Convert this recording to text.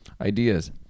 ideas